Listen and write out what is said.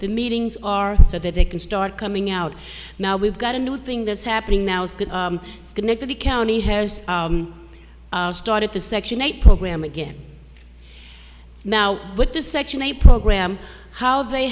the meetings are so that they can start coming out now we've got a new thing that's happening now is connect to the county has started the section eight program again now with the section a program how they